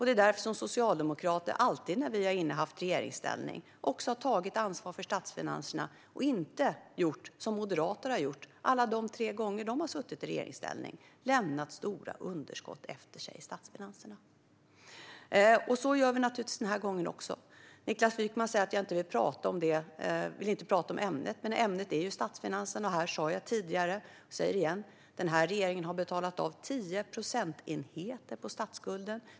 Det är därför som vi socialdemokrater alltid när vi har haft regeringsställning har tagit ansvar för statsfinanserna och inte gjort som moderater har gjort alla de tre gånger de har suttit i regeringsställning, lämnat stora underskott efter sig i statsfinanserna. Så gör vi naturligtvis också denna gång. Niklas Wykman säger att jag inte vill tala om ämnet. Ämnet är statsfinanserna. Här sa jag tidigare och säger igen: Regeringen har betalat av 10 procentenheter på statsskulden.